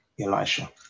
Elisha